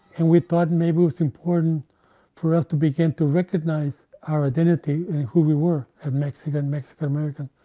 and we thought maybe it was important for us to begin to recognize our identity and who we were, a mexican, mexican-american,